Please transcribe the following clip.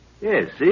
Yes